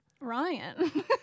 Ryan